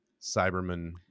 cyberman